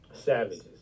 savages